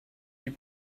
die